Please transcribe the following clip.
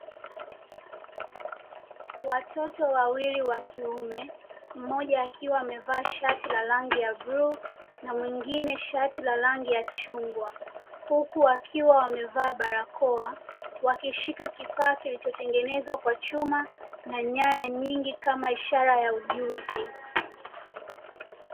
Watoto wawili wa kiume, mmoja akiwa amevaa shati la bluu na mwingine shati la rangi ya chungwa huku wakiwa wamevaa barakoa wakishika kifaa kilichotengenezwa kwa chuma na nyaya nyingi kama ishara ya ujuzi.